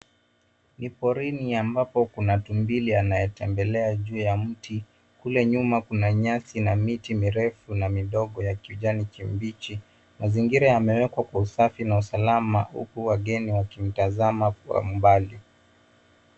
Ni porini ambapo kuna tumbili anatembea juu ya mti. Kule nyuma kuna nyasi miti mirefu na midogo yenye kijani kibichi. Mazingira yamewekwa kwa usafi na usalama huku wageni wakimtazama kwa umbali.